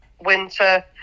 winter